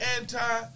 anti